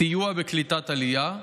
סיוע בקליטת עלייה,